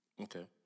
Okay